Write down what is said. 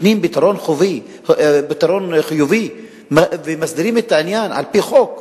נותנים פתרון חיובי ומסדירים את העניין על-פי חוק,